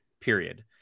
Period